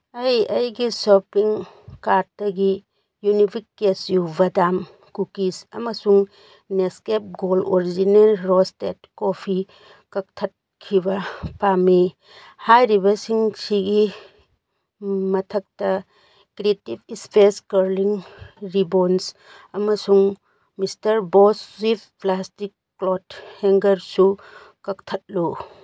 ꯑꯩ ꯑꯩꯒꯤ ꯁꯣꯄꯤꯡ ꯀꯥꯔꯠꯇꯒꯤ ꯌꯨꯅꯤꯐꯤꯛ ꯀꯦꯆ꯭ꯌꯨ ꯕꯗꯥꯝ ꯀꯨꯀꯤꯁ ꯑꯃꯁꯨꯡ Nescafe gold original roasted coffee ꯀꯛꯊꯠꯈꯤꯕ ꯄꯥꯝꯃꯤ ꯍꯥꯏꯔꯤꯕꯁꯤꯡꯁꯤꯒꯤ ꯃꯊꯛꯇ ꯀ꯭ꯔꯤꯇꯤꯞ ꯏꯁꯄꯦꯁ ꯀꯔꯂꯤꯡ ꯔꯤꯕꯣꯟꯁ ꯑꯃꯁꯨꯡ mister Bosch swipe plastic cloth ꯍꯦꯡꯒꯔꯁꯨ ꯀꯛꯊꯠꯂꯨ